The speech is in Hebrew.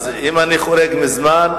אז אם אני חורג מהזמן,